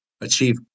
achieve